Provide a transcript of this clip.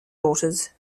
daughters